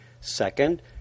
Second